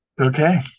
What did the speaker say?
Okay